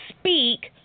speak